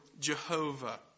Jehovah